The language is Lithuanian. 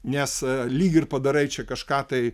nes lyg ir padarai čia kažką tai